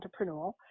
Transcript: entrepreneurial